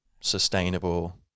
sustainable